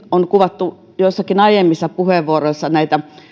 on hyvin kuvattu joissakin aiemmissa puheenvuoroissa näitä